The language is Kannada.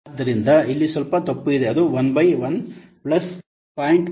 ಆದ್ದರಿಂದ ಇಲ್ಲಿ ಸ್ವಲ್ಪ ತಪ್ಪು ಇದೆ ಅದು 1 ಬೈ 1 ಪ್ಲಸ್ 0